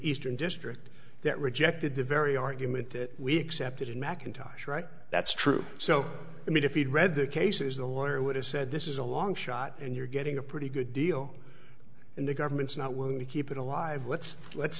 eastern district that rejected the very argument that we accepted in mcintosh right that's true so i mean if you'd read the cases the lawyer would have said this is a long shot and you're getting a pretty good deal in the government's not willing to keep it alive what's let's